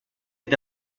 est